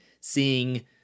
seeing